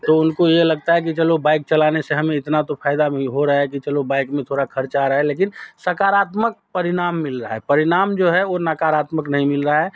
तो उनको ये लगता है कि चलो बाइक चलाने से हमें इतना तो फ़ायदा भी हो रहा है कि चलो बाइक में थोड़ा ख़र्च आ रहा है लेकिन सकारात्मक परिणाम मिल रहा है परिणाम जो है वो नाकारात्मक नहीं मिल रहा है